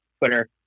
twitter